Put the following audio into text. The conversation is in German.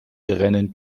rennen